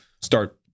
start